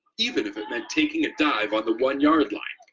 even if it meant taking a dive on the one-yard line,